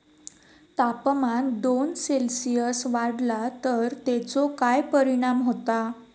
तापमान दोन सेल्सिअस वाढला तर तेचो काय परिणाम होता?